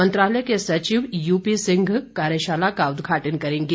मंत्रालय के सचिव यूपी सिंह कार्यशाला का उदघाटन करेंगे